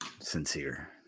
Sincere